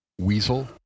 Weasel